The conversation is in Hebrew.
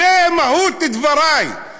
זו מהות דברי.